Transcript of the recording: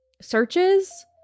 searches